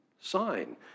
sign